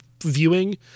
viewing